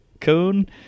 coon